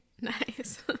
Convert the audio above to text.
Nice